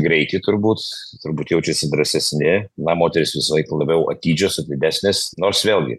greitį turbūt turbūt jaučiasi drąsesni na moterys visą laiką labiau atidžios atididesnės nors vėlgi